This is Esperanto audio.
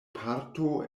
parto